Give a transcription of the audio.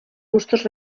gustos